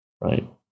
right